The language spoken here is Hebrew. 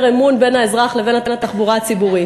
אמון בין האזרח ובין התחבורה הציבורית.